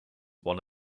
won